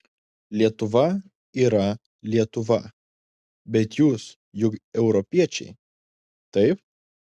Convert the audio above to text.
lietuva yra lietuva bet jūs juk europiečiai taip